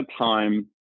time